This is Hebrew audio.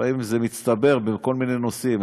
ולפעמים זה מצטבר בכל מיני נושאים.